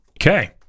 Okay